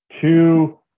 two